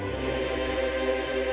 yeah